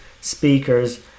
speakers